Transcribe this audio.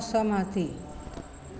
असहमति